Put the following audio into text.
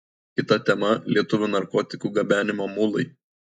kita tema lietuvių narkotikų gabenimo mulai